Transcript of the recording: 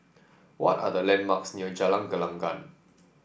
what are the landmarks near Jalan Gelenggang